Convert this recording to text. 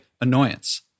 annoyance